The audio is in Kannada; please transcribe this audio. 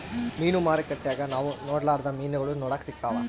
ಮೀನು ಮಾರುಕಟ್ಟೆಗ ನಾವು ನೊಡರ್ಲಾದ ಮೀನುಗಳು ನೋಡಕ ಸಿಕ್ತವಾ